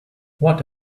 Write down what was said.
what